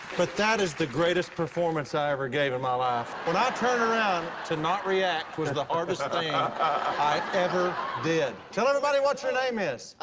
but that is the greatest performance i ever gave in my life. when i turned around, to not react was the hardest thing ah i ever did. tell everybody what your name is.